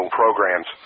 programs